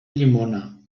llimona